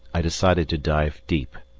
i decided to dive deep.